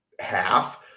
half